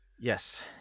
Yes